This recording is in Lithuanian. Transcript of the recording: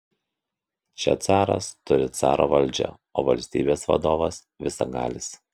čia caras turi caro valdžią o valstybės vadovas visagalis